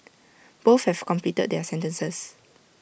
both have completed their sentences